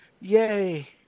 Yay